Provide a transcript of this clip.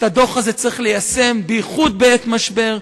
את הדוח הזה צריך ליישם, בייחוד בעת משבר.